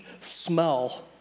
smell